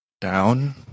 down